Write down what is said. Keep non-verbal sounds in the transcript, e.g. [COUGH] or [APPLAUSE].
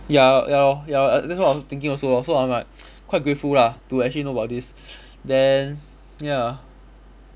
ya ya ya that's what I'm thinking also so I'm like quite grateful lah to actually know about this [NOISE] then ya